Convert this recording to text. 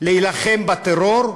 להילחם בטרור,